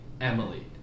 Emily